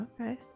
Okay